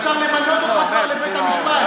אפשר למנות אותך כבר לבית המשפט.